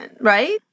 right